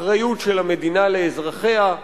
אחריות של המדינה לאזרחיה.